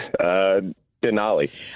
Denali